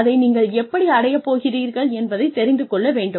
அதை நீங்கள் எப்படி அடையப் போகிறீர்கள் என்பதை தெரிந்து கொள்ள வேண்டும்